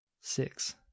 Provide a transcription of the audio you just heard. six